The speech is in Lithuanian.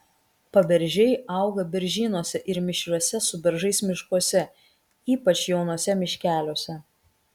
paberžiai auga beržynuose ir mišriuose su beržais miškuose ypač jaunuose miškeliuose